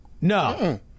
no